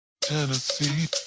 Tennessee